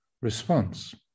response